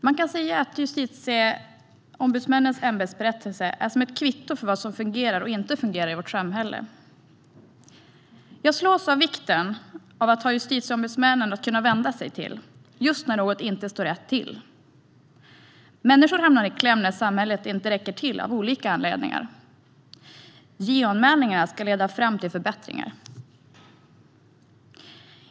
Man kan säga att Justitieombudsmännens ämbetsberättelse är som ett kvitto för vad som fungerar och inte fungerar i vårt samhälle. Jag slås av vikten av att ha justitieombudsmännen att kunna vända sig till just när något inte står rätt till. Människor hamnar i kläm när samhället inte räcker till av olika anledningar. JO-anmälningar ska leda fram till förbättringar.